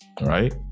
right